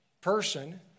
person